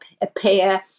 appear